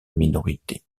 minorité